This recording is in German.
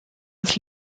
das